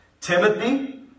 Timothy